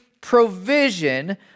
provision